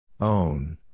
Own